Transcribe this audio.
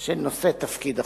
של נושא תפקיד אחר.